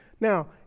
Now